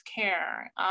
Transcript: care